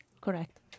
Correct